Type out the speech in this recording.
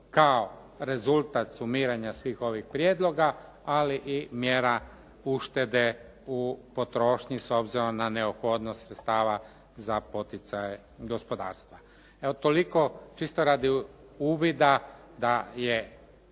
kao rezultat sumiranja svih ovih prijedloga ali i mjera uštede u potrošnji s obzirom na neophodnost sredstava za poticaje gospodarstva. Evo toliko, čisto radi uvida da je